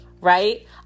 right